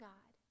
God